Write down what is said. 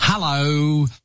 Hello